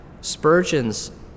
Spurgeon's